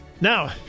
Now